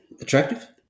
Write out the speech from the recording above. attractive